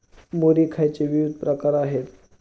मुरी खायचे विविध प्रकार आहेत